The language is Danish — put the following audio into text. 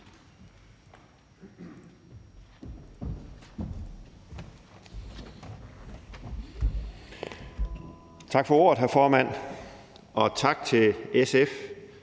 Tak for ordet, hr. formand, og tak til SF